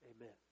Amen